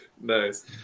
Nice